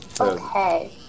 Okay